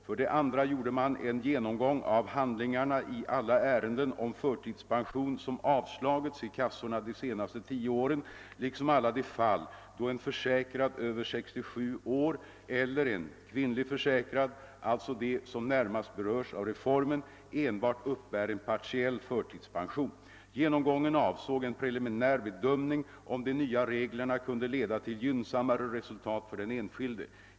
För det andra gjorde man en genomgång av handlingarna i alla ärenden om förtidspension som avslagits i kassorna de senaste åren liksom alla de fall då en försäkrad över 63 år eller en kvinnlig försäkrad — alltså de som närmast berörs av reformen — enbart uppbär en partiell förtidspension. Genomgången avsåg en preliminär bedömning av om de nya reglerna kunde leda till gynnsammare resultat för den enskilde.